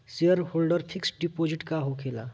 Shareholder fixed deposit का होखे ला?